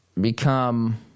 become